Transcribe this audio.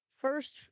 First